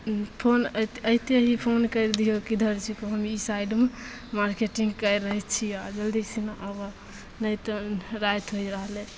ओ phone अइ अइतहि phone करि दिहो किधरसे तऽ हम ई साइडमे मार्केटिन्ग कै रहै छिअऽ आओर जल्दीसिना आबऽ नहि तऽ राति होइ रहलै